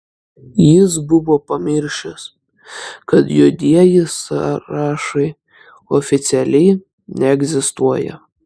jis buvo pamiršęs kad juodieji sąrašai oficialiai neegzistuoja